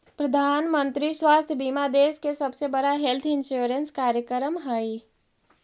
प्रधानमंत्री स्वास्थ्य बीमा देश के सबसे बड़ा हेल्थ इंश्योरेंस कार्यक्रम हई